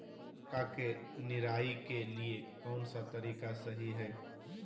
मक्का के निराई के लिए कौन सा तरीका सही है?